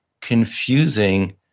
confusing